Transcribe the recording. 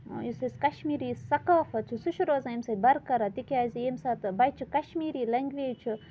یُس اَسہِ کَشمیٖری ثقافَت چھُ سُہ چھُ روزان اَمہِ سۭتۍ برقرار تِکیازِ ییٚمہِ ساتہٕ بَچہِ کَشمیٖری لینٛگویج چھُ